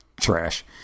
trash